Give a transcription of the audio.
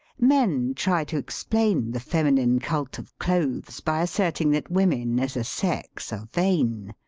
men try to explain the feminine cult of clothes by asserting that women as a sex are vain.